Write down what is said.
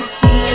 see